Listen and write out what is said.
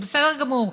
זה בסדר גמור,